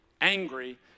angry